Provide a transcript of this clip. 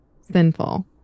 sinful